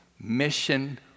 Mission